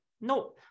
no